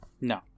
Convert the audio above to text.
No